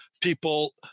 people